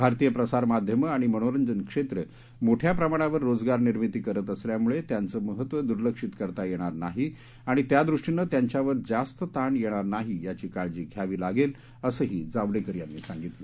भारतीय प्रसार माध्यमं आणि मनोरंजन क्षेत्र मोठ्या प्रमाणावर रोजगार निर्मिती करत असल्यामुळे त्यांचं महत्त्व दुर्लक्षित करता येणार नाही आणि त्यादृष्टीनं त्यांच्यावर जास्त ताण येणार नाही याची काळजी घ्यावी लागेल असंही जावडेकर यांनी सांगितलं